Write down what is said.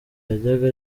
yajyaga